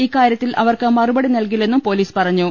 ഇക്കാരൃ ത്തിൽ അവർക്ക് മറുപടി നൽകില്ലെന്നും പൊലീസ് പറഞ്ഞു